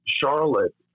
Charlotte